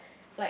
like